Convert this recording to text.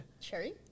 Cherry